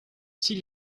s’il